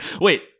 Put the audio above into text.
Wait